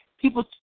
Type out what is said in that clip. People